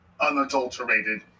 unadulterated